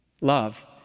Love